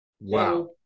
wow